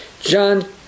John